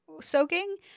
soaking